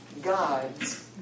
gods